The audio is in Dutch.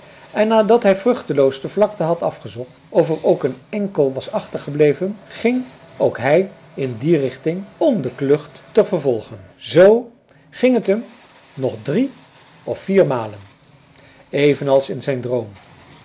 en nadat hij vruchteloos de vlakte had afgezocht of er ook een enkel was achtergebleven ging ook hij in die richting om de klucht te vervolgen zoo ging het hem nog drie of vier malen evenals in zijn droom